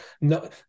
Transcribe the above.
no